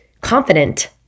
confident